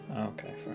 Okay